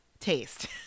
taste